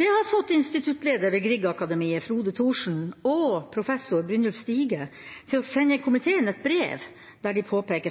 Det har fått instituttleder Frode Thorsen og professor Brynjulf Stige ved Griegakademiet til å sende komiteen et brev der de påpeker